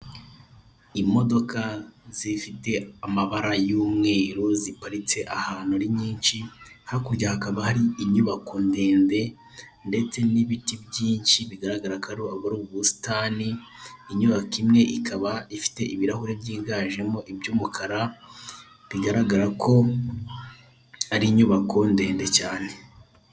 Imodoka zifite amabara y'umweru ziparitse ahantu ari nyinshi, hakurya hakaba hari inyubako ndende ndetse n'ibiti byinshi bigaragara ko ubu ari ubusitani, inyubako imwe ikaba ifite ibirahure byiganjemo iby'umukara bigaragara ko ari inyubako ndende cyane.